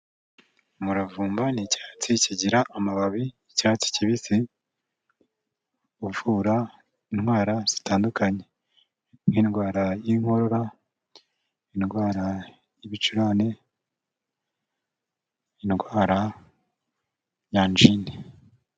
Umuravumba ni icyatsi kigira amababi y'icyatsi kibisi, uvura indwara zitandukanye nk'indwara y'inkorora, indwara y'ibicurane, indwara ya anjine.